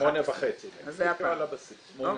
8.5. אז זה הפער, אוקיי.